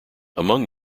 among